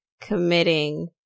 committing